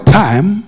time